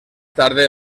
tarde